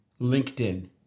LinkedIn